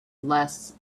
less